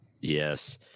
Yes